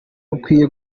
rukwiye